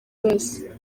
wese